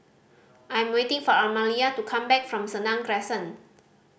I am waiting for Amalia to come back from Senang Crescent